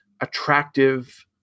attractive